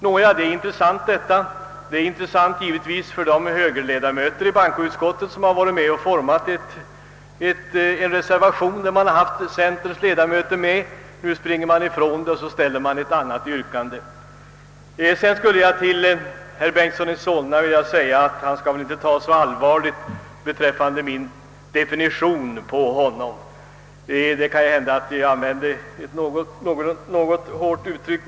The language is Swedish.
Nå, detta är givetvis intressant för de högerledamöter i utskottet som varit med om att utforma ifrågavarande reservation, där de haft centerns ledamöter med sig. Nu springer centerpartisterna ifrån reservationen och ställer ett annat yrkande. Sedan vill jag säga till herr Bengtson i Solna att han väl inte skall ta så allvarligt på min definition av honom. Det kan hända att jag använde ett något hårt uttryck.